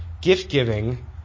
gift-giving